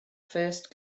first